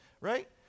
right